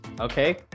Okay